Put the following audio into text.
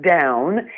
down